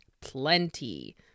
plenty